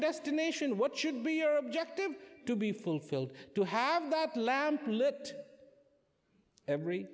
destination what should be your objective to be fulfilled to have